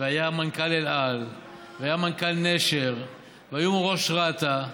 והיה מנכ"ל אל על והיה מנכ"ל נשר והיום הוא ראש רת"א.